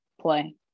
play